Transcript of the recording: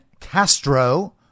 Castro